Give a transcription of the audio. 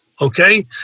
Okay